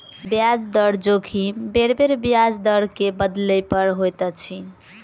ब्याज दर जोखिम बेरबेर ब्याज दर के बदलै पर होइत अछि